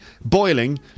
Boiling